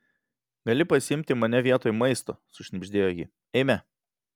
gali pasiimti mane vietoj maisto sušnibždėjo ji eime